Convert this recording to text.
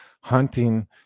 hunting